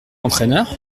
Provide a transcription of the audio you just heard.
entraineur